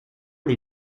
les